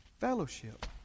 Fellowship